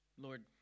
Lord